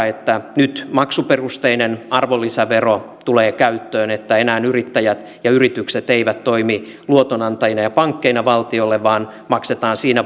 että nyt maksuperusteinen arvonlisävero tulee käyttöön että enää yrittäjät ja yritykset eivät toimi luotonantajina ja pankkeina valtiolle vaan maksetaan siinä